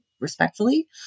respectfully